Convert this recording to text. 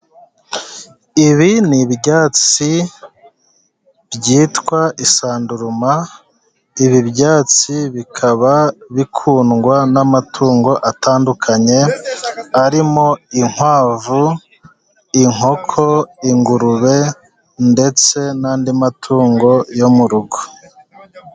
Ibi ni ibyatsi byitwa isanduruma. Ibi byatsi bikaba bikundwa n’amatungo atandukanye, arimo inkwavu, inkoko, ingurube, ndetse n’andi matungo yo mu rugo.